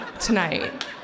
tonight